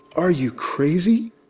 are you crazy?